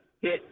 hit